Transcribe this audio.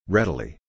Readily